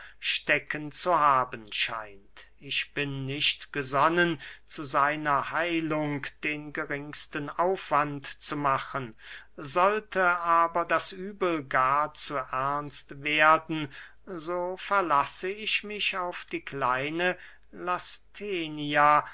stecken zu haben scheint ich bin nicht gesonnen zu seiner heilung den geringsten aufwand zu machen sollte aber das übel gar zu ernsthaft werden so verlasse ich mich auf die kleine lasthenia